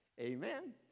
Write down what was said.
Amen